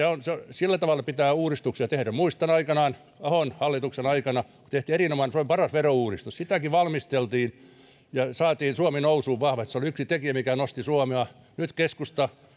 sillä tavalla pitää uudistuksia tehdä muistan aikanaan kun ahon hallituksen aikana tehtiin erinomainen suomen paras verouudistus sitäkin valmisteltiin ja saatiin suomi nousuun vahvasti se oli yksi tekijä mikä nosti suomea nyt keskusta on